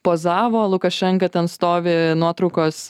pozavo lukašenka ten stovi nuotraukos